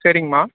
சரிங்கம்மா